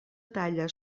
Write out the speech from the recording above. talla